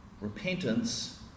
Repentance